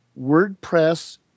WordPress